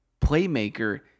playmaker